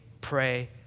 pray